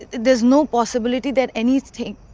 there's no possibility that anything